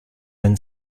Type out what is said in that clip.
been